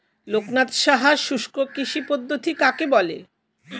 লোকনাথ সাহা শুষ্ককৃষি পদ্ধতি কাকে বলে?